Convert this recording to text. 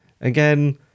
Again